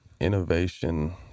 innovation